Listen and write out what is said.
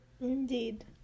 Indeed